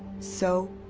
so,